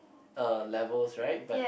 uh levels right but